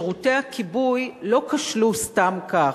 שירותי הכיבוי לא כשלו סתם כך,